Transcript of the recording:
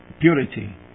Purity